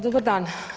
Dobar dan.